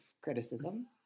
criticism